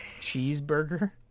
Cheeseburger